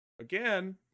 again